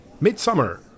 Midsummer